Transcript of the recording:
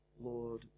Lord